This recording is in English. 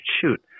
shoot